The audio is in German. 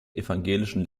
evangelischen